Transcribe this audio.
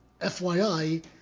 FYI